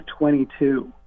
22